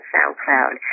SoundCloud